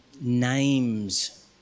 names